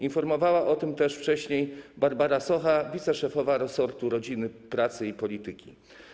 Informowała o tym też wcześniej Barbara Socha, wiceszefowa resortu rodziny, pracy i polityki.